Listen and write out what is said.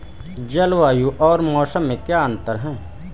जलवायु और मौसम में अंतर क्या है?